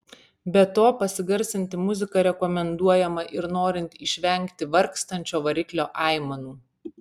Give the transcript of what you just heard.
be to pasigarsinti muziką rekomenduojama ir norint išvengti vargstančio variklio aimanų